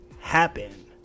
happen